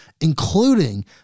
including